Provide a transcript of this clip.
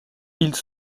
ils